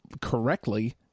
correctly